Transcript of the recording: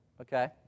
okay